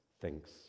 thinks